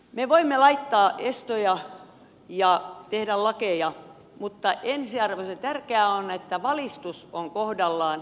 me voimme laittaa estoja ja tehdä lakeja mutta ensiarvoisen tärkeää on että valistus on kohdallaan